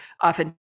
often